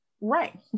Right